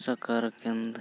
ᱥᱟᱠᱚᱨ ᱠᱮᱱᱫᱟ